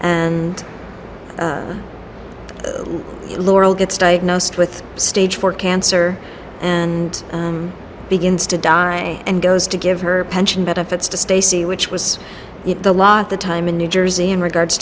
and laurel gets diagnosed with stage four cancer and begins to die and goes to give her pension benefits to stacy which was the law at the time in new jersey in regards